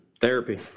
Therapy